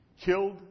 killed